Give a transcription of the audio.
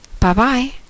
Bye-bye